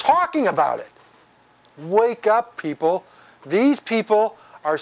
talking about it wake up people these people are